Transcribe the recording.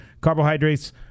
carbohydrates